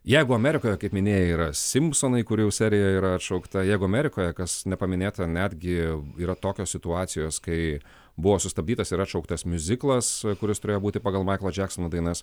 jeigu amerikoje kaip minėjai yra simpsonai kurių jau serija yra atšaukta jeigu amerikoje kas nepaminėta netgi yra tokios situacijos kai buvo sustabdytas ir atšauktas miuziklas kuris turėjo būti pagal maiklo džeksono dainas